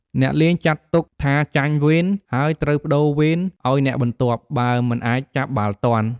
អ្នកលេងចាត់ទុកថាចាញ់វេន ហើយត្រូវប្ដូរវេនឲ្យអ្នកបន្ទាប់ បើមិនអាចចាប់បាល់ទាន់។